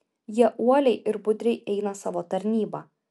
jie uoliai ir budriai eina savo tarnybą